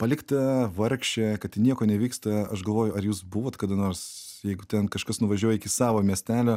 palikta vargšė kad ten nieko nevyksta aš galvoju ar jūs buvot kada nors jeigu ten kažkas nuvažiuoja iki savo miestelio